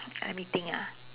let me think ah